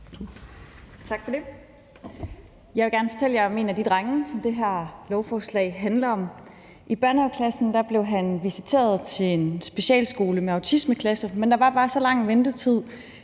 Tak for det. Jeg vil gerne fortælle jer om en af de drenge, som de her lovforslag handler om. I børnehaveklassen blev han visiteret til en specialskole med autismeklasse, men der var bare så lang ventetid